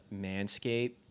manscape